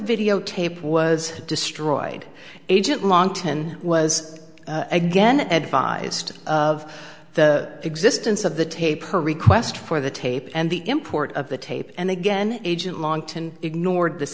videotape was destroyed agent long ten was again advised of the existence of the tape or request for the tape and the import of the tape and again agent long ignored th